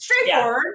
Straightforward